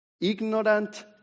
ignorant